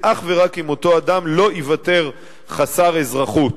אך ורק אם אותו אדם לא ייוותר חסר אזרחות.